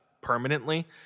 permanently